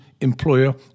employer